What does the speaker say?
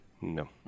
No